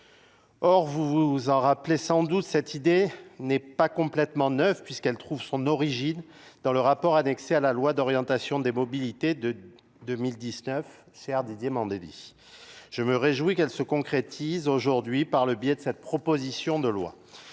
or vous en rappelez sans doute cette idée n'est pas complètement neuve puisqu'elle trouve son origine dans le rapport annexé à la loi d'orientation des mobilités de deux mille dix neuf c'est didier mandel je me réjouis qu'elle se concrétise aujourd'hui par le biais de cette proposition de loi